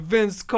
Vince